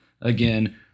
again